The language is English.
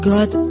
God